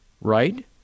right